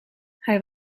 hij